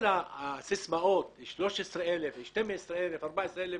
כל הסיסמאות על 13,000, על 12,000, על 14,000